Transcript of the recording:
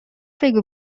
بگو